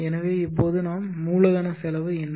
எனவே இப்போது நாம் மூலதன செலவு என்ன